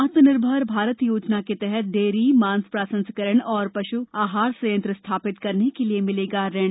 आत्मनिर्भर भारत योजना के तहत डेयरी मांस प्रसंस्करण और पशु आहार संयत्र स्थापित करने के लिए मिलेगा ऋण